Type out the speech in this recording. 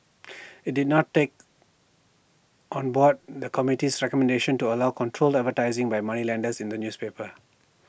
IT did not take on board the committee's recommendation to allow controlled advertising by moneylenders in the newspapers